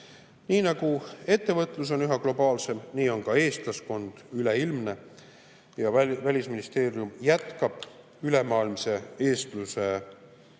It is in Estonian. Nii nagu ettevõtlus on üha globaalsem, nii on ka eestlaskond üleilmne. Välisministeerium jätkab ülemaailmse eestluse toetamist,